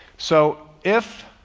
so if